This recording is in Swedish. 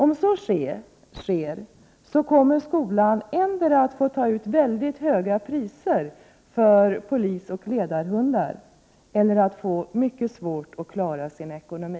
Om så sker kommer hundskolan att tvingas ta ut mycket höga priser för polisoch ledarhundar eller att få mycket svårt att klara sin ekonomi.